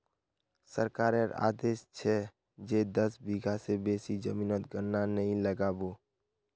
सरकारेर आदेश छ जे दस बीघा स बेसी जमीनोत गन्ना नइ लगा बो